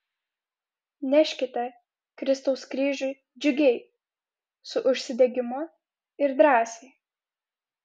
neškite kristaus kryžių džiugiai su užsidegimu ir drąsiai